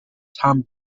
tom